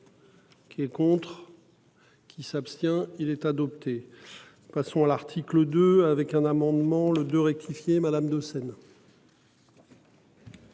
Qui est contre. Qui s'abstient il est adopté. Passons à l'article de avec un amendement le de rectifier madame de Doucen.